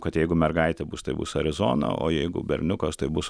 kad jeigu mergaitė bus tai bus arizona o jeigu berniukas tai bus